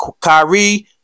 Kyrie